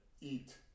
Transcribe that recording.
eat